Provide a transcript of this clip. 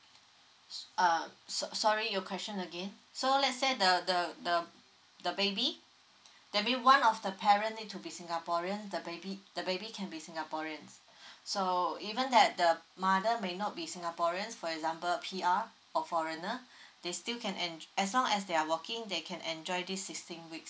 uh so~ sorry your question again so let's say the the the the baby maybe one of the parent need to be singaporeans the baby the baby can be singaporeans so even that the mother may not be singaporeans for example P_R or foreigner they still can en~ and as long as they are walking they can enjoy this sixteen week